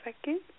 second